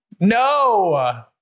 No